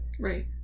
Right